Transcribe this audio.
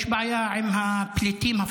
בבקשה להתקדם.